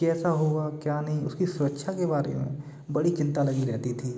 कैसा होगा क्या नहीं उसकी सुरक्षा के बारे में बड़ी चिंता लगी रहती थी